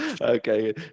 Okay